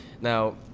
Now